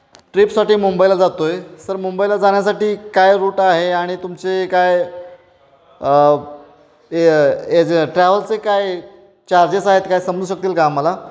ट्रीपसाठी मुंबईला जातो आहे सर मुंबईला जाण्यासाठी काय रूट आहे आणि तुमचे काय ते ह्याचे ट्रॅव्हलचे काय चार्जेस आहेत काय समजू शकतील का आम्हाला